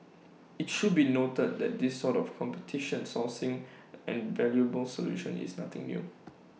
IT should be noted that this sort of competition sourcing and valuable solution is nothing new